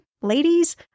ladies